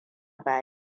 ba